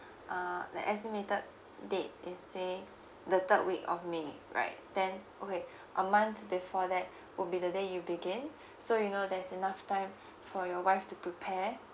uh the estimated date is say the third week of may right then okay a month before that would be the day you begin so you know there's enough time for your wife to prepare